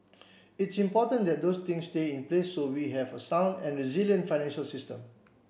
it's important that those things stay in place so we have a sound and resilient financial system